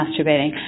masturbating